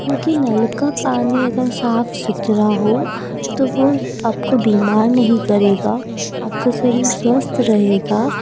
क्योंकि नल का पानी अगर साफ़ सुथरा हो तो वो आप को बीमार नहीं करेगा आप का शरीर स्वस्थ रहेगा